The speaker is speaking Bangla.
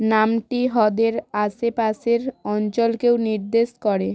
নামটি হ্রদের আশেপাশের অঞ্চলকেও নির্দেশ করে